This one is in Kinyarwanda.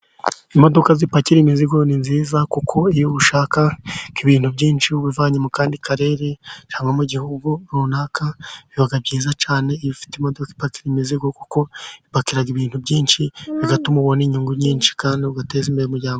Imodoka zipakira imizigo ni nziza kuko iyo ushaka ibintu byinshi ubivanye mu kandi karere cyangwa mi igihugu runaka, biba byiza cyane ufite imodoka ipakira imizigo kuko ipakiraga ibintu byinshi bigatuma ubona inyungu nyinshi kandi ugateza imbere umuryango.